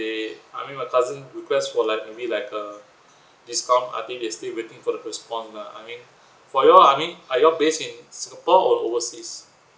they I mean my cousin request for like maybe like a discount I think they still waiting for the response lah I mean for you all I mean are you all based in singapore or overseas